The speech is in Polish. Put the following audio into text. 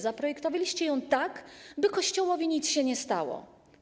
Zaprojektowaliście ją tak, by Kościołowi nic się nie stało.